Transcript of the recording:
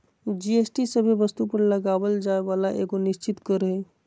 GST सभे वस्तु पर लगावल जाय वाला एगो निश्चित कर हय